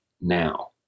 now